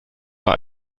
bei